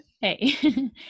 Hey